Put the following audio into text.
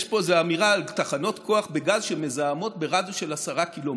יש פה איזו אמירה על תחנות כוח בגז שמזהמות ברדיוס של 10 קילומטרים.